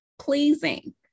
pleasing